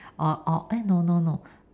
oh oh eh no no no